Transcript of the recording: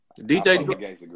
DJ